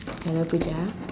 hello Primal